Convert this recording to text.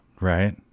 Right